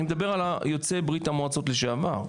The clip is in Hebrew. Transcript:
אני מדבר על יוצאי ברית המועצות לשעבר.